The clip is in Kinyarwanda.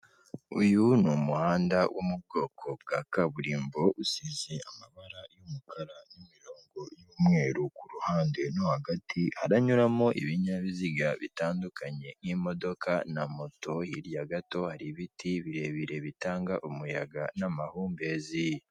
Uyu ni umuhanda wo mu bwoko bwa kaburimbo usize amabara y'umukara n'imirongo y'umweru. Ku ruhande no hagati haranyuramo ibinyabiziga bitandukanye nk'imodoka na moto, hirya gato hari ibiti birebire bitanga umuyaga n'amahumbezi.